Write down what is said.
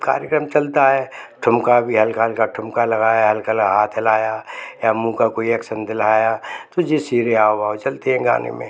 कार्यक्रम चलता है ठुमका भी हल्का हल्का ठुमका लगाया हल्का ल हाथ हिलाया या मुँह का कोई एक्शन दिलाया तो जैसे हाव भाव चलते हैं गाने में